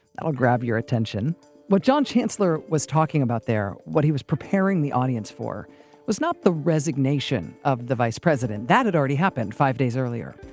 that'll grab your attention what john chancellor was talking about there, what he was preparing the audience for was not the resignation of the vice president, that had already happened five days earlier.